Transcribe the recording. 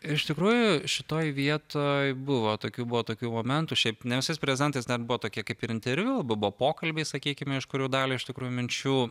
iš tikrųjų šitoj vietoj buvo tokių buvo tokių momentų šiaip ne su visais prezidentais ten buvo tokie kaip ir interviu buvo pokalbiai sakykim iš kurio dalį iš tikrųjų minčių